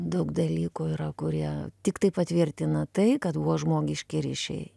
daug dalykų yra kurie tiktai patvirtina tai kad buvo žmogiški ryšiai